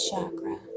chakra